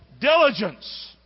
diligence